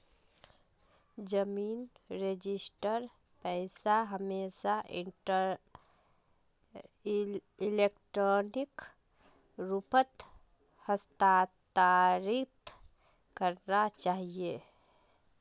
जमीन रजिस्ट्रीर पैसा हमेशा इलेक्ट्रॉनिक रूपत हस्तांतरित करना चाहिए